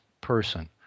person